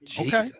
Okay